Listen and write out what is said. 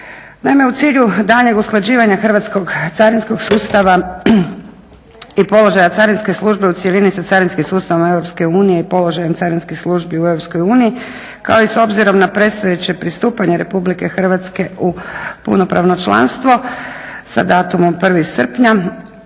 u cilju daljeg usklađivanja Hrvatskog carinskog sustava i položaja carinske službe u cjelini sa carinskim sustavom EU i položajem carinskih službi u EU kao i s obzirom na predstojeće pristupanje RH u punopravno članstvo sa datumom 1. Srpnja